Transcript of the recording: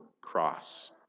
cross